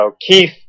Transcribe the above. Keith